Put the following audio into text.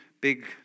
big